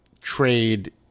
trade